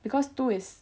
because two is